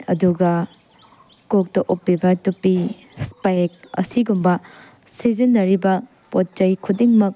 ꯑꯗꯨꯒ ꯀꯣꯛꯇ ꯎꯞꯄꯤꯕ ꯇꯨꯄꯤ ꯁ꯭ꯄꯦꯛ ꯑꯁꯤꯒꯨꯝꯕ ꯁꯤꯖꯤꯟꯅꯔꯤꯕ ꯄꯣꯠ ꯆꯩ ꯈꯨꯗꯤꯡꯃꯛ